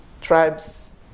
tribes